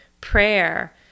Prayer